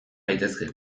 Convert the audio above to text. gaitezke